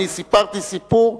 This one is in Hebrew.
אני סיפרתי סיפור,